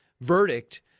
verdict